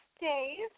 days